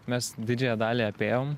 mes didžiąją dalį apėjom